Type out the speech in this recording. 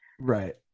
right